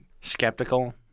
skeptical